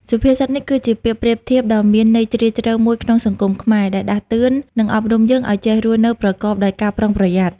សុភាសិតនេះ គឺជាពាក្យប្រៀបធៀបដ៏មានន័យជ្រាលជ្រៅមួយក្នុងសង្គមខ្មែរ ដែលដាស់តឿន និងអប់រំយើងឲ្យចេះរស់នៅប្រកបដោយការប្រុងប្រយ័ត្ន។